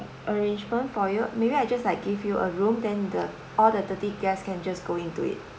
arrangement for you maybe I just like give you a room then all the thirty guests can just going into it